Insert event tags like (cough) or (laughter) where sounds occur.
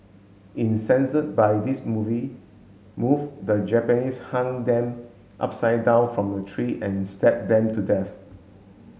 (unintelligible) by this movie move the Japanese hung them upside down from a tree and stabbed them to death